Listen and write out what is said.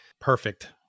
Perfect